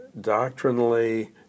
doctrinally